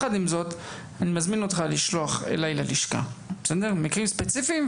אני מזמין אותך לשלוח אליי ללשכה מקרים ספציפיים,